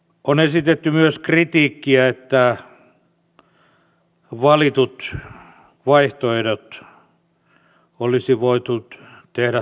on esitetty myös kritiikkiä että valitut vaihtoehdot olisi voitu tehdä toisinkin